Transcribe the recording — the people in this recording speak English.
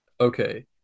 Okay